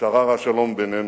שרר השלום בינינו.